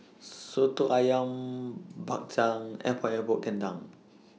Soto Ayam Bak Chang Epok Epok Kentang